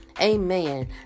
Amen